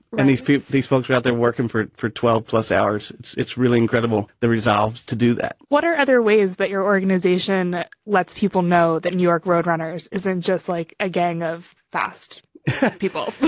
and these people, these folks are out there working for for twelve plus hours. it's it's really incredible the resolve to do that what are other ways that your organization lets people know that new york roadrunners isn't just like a gang of fast people?